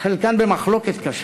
חלקן במחלוקת קשה.